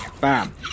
Bam